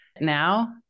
now